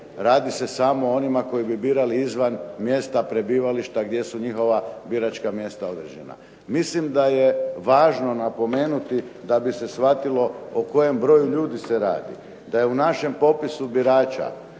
radi se samo o onima koji bi birali izvan mjesta prebivališta gdje su njihova biračka mjesta određena. Mislim da je važno napomenuti da bi se shvatilo o kojem broju ljudi se radi. DA je u našem popisu birača